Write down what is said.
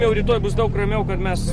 jau rytoj bus daug ramiau kad mes